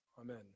Amen